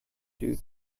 due